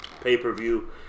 pay-per-view